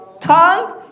tongue